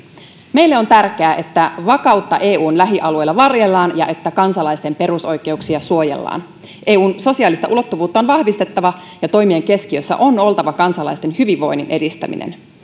meille on tärkeää että vakautta eun lähialueilla varjellaan ja että kansalaisten perusoikeuksia suojellaan eun sosiaalista ulottuvuutta on vahvistettava ja toimien keskiössä on oltava kansalaisten hyvinvoinnin edistäminen